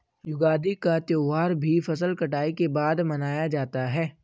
युगादि का त्यौहार भी फसल कटाई के बाद मनाया जाता है